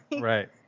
right